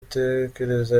utekereza